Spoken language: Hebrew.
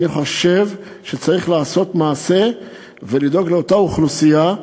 אני חושב שצריך לעשות מעשה ולדאוג לאותה אוכלוסייה,